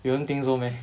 you don't think so meh